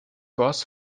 goss